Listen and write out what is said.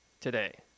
Today